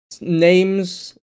names